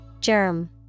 Germ